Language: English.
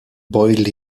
boiled